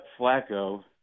Flacco